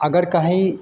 अगर कहीं